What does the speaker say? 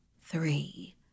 Three